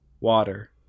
water